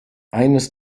eines